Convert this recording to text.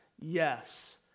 yes